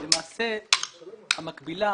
למעשה המקבילה